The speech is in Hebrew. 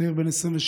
צעיר בן 27,